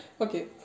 Okay